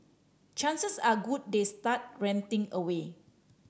chances are good they start ranting away